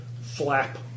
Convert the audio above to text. flap